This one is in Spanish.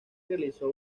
realizó